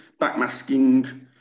backmasking